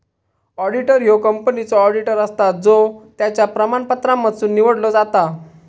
auditor ह्यो कंपनीचो auditor असता जो त्याच्या प्रमाणपत्रांमधसुन निवडलो जाता